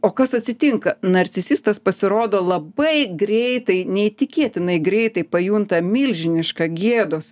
o kas atsitinka narcisistas pasirodo labai greitai neįtikėtinai greitai pajunta milžinišką gėdos